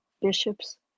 bishops